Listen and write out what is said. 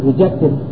Rejected